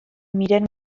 miren